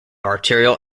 arterial